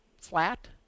flat